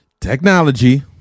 technology